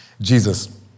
Jesus